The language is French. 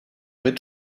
rez